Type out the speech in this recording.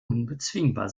unbezwingbar